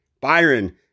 Byron